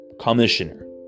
commissioner